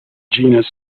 genus